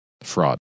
fraud